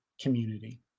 community